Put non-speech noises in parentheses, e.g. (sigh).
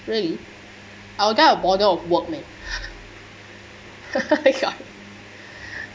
really I'll die of boredom of bother work man (laughs)